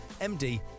md